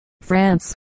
France